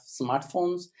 smartphones